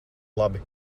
labi